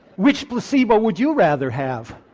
which placebo would you rather have?